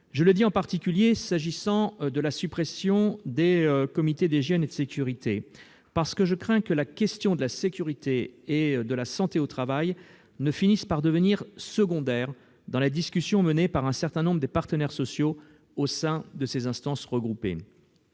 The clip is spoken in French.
Je le dis en particulier s'agissant de la suppression des CHSCT, parce que je redoute que la question de la sécurité et de la santé au travail ne finisse par devenir secondaire dans la discussion menée par un certain nombre des partenaires sociaux au sein de ces instances regroupées.